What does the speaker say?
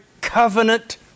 covenant